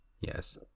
yes